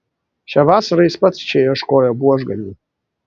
šią vasarą jis pats čia ieškojo buožgalvių